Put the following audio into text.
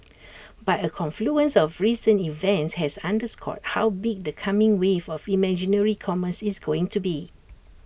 but A confluence of recent events has underscored how big the coming wave of imaginary commerce is going to be